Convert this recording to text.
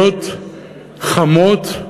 חמות,